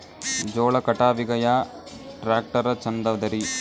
ಜೋಳ ಕಟಾವಿಗಿ ಯಾ ಟ್ಯ್ರಾಕ್ಟರ ಛಂದದರಿ?